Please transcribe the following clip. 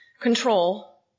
control